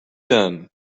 done